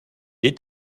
est